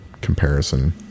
comparison